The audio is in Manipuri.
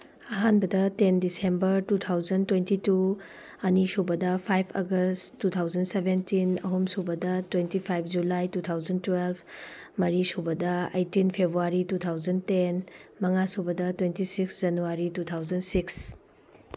ꯑꯍꯥꯟꯕꯗ ten December two thousand twenty two ꯑꯅꯤ ꯁꯨꯕꯗ five August two thousand seventeen ꯑꯍꯨꯝ ꯁꯨꯕꯗ twenty five July two thousand twelve ꯃꯔꯤ ꯁꯨꯕꯗ eighteen February two thousand ten ꯃꯪꯉꯥ ꯁꯨꯕꯗ twenty six January two thousand six